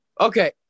Okay